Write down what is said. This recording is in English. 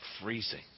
freezing